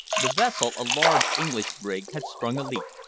the vessel, a large english brig, had sprung a leak,